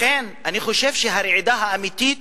לכן אני חושב שהרעידה האמיתית